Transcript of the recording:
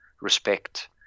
respect